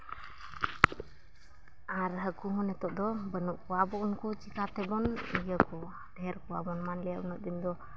ᱟᱨ ᱦᱟᱹᱠᱩ ᱦᱚᱸ ᱱᱤᱛᱚᱜ ᱫᱚ ᱵᱟᱹᱱᱩᱜ ᱠᱚᱣᱟ ᱟᱵᱚ ᱩᱱᱠᱩ ᱪᱤᱠᱟᱹᱛᱮᱵᱚᱱ ᱤᱭᱟᱹ ᱠᱚᱣᱟ ᱰᱷᱮᱨ ᱠᱚᱣᱟ ᱵᱚᱱ ᱢᱟᱱᱞᱤᱭᱟ ᱩᱱᱟᱹᱜ ᱫᱤᱱ ᱫᱚ